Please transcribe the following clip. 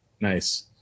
Nice